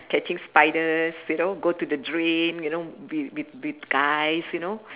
catching spiders you know go to the drain you know wi~ wi~ with guys you know